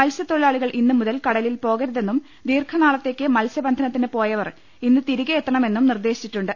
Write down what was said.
മത്സ്യ ത്തൊഴിലാളികൾ ഇന്നു മുതൽ കടലിൽ പോക്കരുതെന്നും ദീർഘ നാളത്തേക്ക് മത്സ്യബന്ധനത്തിന് പോയവർ ഇന്ന് തിരികെ എത്ത ണമെന്നും നിർദ്ദേശിച്ചിട്ടുണ്ട്